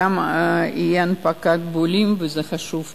גם תהיה הנפקת בולים, וזה חשוב מאוד.